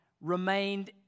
remained